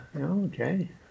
okay